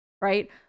right